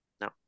No